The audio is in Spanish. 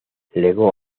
legó